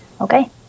Okay